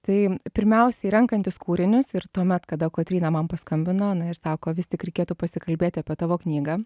tai pirmiausiai renkantis kūrinius ir tuomet kada kotryna man paskambino na ir sako vis tik reikėtų pasikalbėti apie tavo knygą